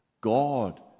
God